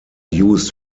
used